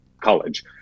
college